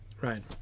Right